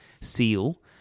seal